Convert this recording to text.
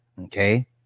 okay